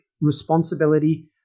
responsibility